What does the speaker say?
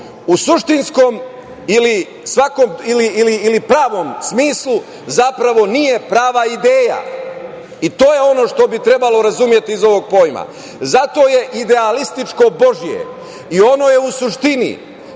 u suštinskom ili pravom smislu, zapravo nije prava ideja. To je ono što bi trebalo razumeti iz ovog pojma. Zato je idealističko Božije i ono je u suštini